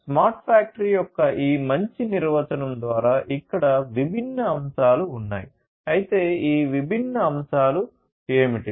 smart factory యొక్క ఈ మంచి నిర్వచనం ద్వారా ఇక్కడ విభిన్న అంశాలు ఉన్నాయి అయితే ఈ విభిన్న అంశాలు ఏమిటి